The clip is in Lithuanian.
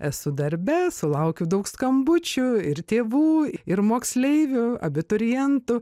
esu darbe sulaukiu daug skambučių ir tėvų ir moksleivių abiturientų